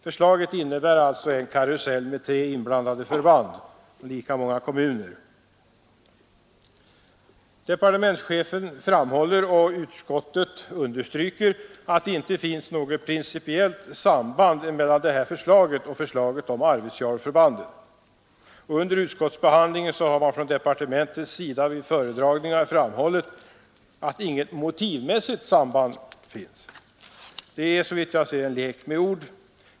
Förslaget innebär alltså en karusell med tre förband och lika många kommuner inblandade. Departementschefen framhåller och utskottet understryker att det inte finns något principiellt samband mellan dessa förslag och förslaget om Arvidsjaurförbandet. Under utskottsbehandlingen har från departementets sida vid föredragningar framhållits att inget motivmässigt samband finns. Det är, såvitt jag kan se, en lek med ord.